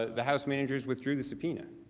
the house managers withdrew the subpoena.